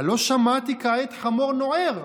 הלוא שמעתי כעת חמור נוער,